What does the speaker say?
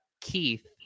keith